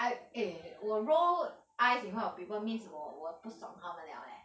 I eh 我 roll eyes in front of people means 我我不懂他们 liao eh